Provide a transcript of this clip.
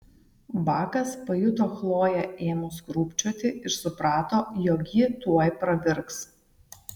bakas pajuto chloję ėmus krūpčioti ir suprato jog ji tuoj pravirks